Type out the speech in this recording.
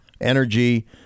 Energy